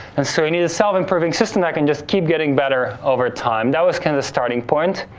and so, we need a self-improving system that can just keep getting better over time. that was kind of the starting point.